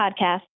podcast